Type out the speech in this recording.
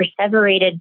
perseverated